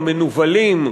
המנוולים,